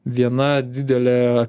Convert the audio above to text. viena didelė